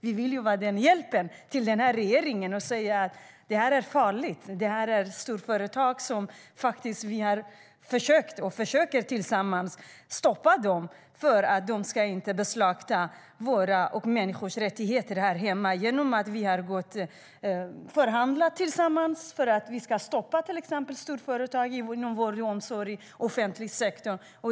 Vi vill ju vara till hjälp för den här regeringen genom att säga att det här är farligt. Vi har tillsammans försökt och försöker stoppa storföretag från att inskränka människors rättigheter härhemma. Vi har förhandlat tillsammans om att stoppa storföretag inom vård och omsorg, den offentliga sektorn.